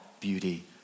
beauty